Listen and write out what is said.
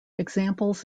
examples